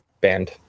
band